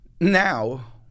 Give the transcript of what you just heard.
Now